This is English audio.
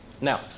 Now